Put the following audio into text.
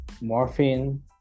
morphine